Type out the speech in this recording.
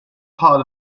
part